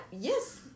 yes